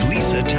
Lisa